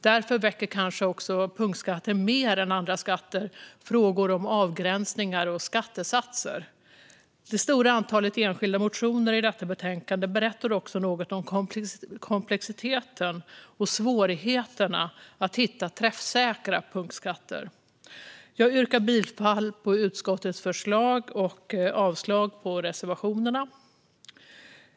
Därför väcker kanske också punktskatter mer än andra skatter frågor om avgränsningar och skattesatser. Det stora antalet enskilda motioner i detta betänkande berättar också något om komplexiteten och svårigheterna när det gäller att hitta träffsäkra punktskatter. Jag yrkar bifall till utskottets förslag och avslag på reservationerna.